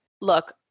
look